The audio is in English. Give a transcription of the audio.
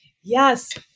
Yes